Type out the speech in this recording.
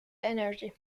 energy